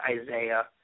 Isaiah